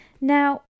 Now